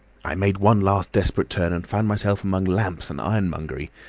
i made one last desperate turn and found myself among lamps and ironmongery.